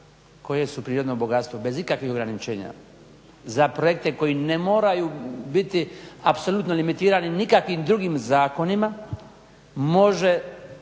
koje su prirodno bogatstvo, bez ikakvih ograničenja za projekte koji ne moraju biti apsolutno limitirani nikakvim drugim zakonima može